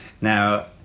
Now